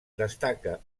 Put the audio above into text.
destaca